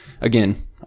again